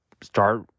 start